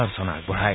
অৰ্চনা আগবঢ়ায়